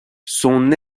son